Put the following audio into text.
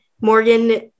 Morgan